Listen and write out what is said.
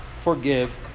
forgive